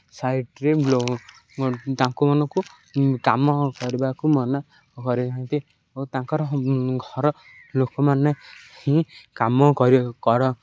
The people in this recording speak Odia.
ସାଇଟ୍ରେ ତାଙ୍କୁ ମାନଙ୍କୁ କାମ କରିବାକୁ ମନା କରିଥାନ୍ତି ଓ ତାଙ୍କର ଘର ଲୋକମାନେ ହିଁ କାମ କରି କର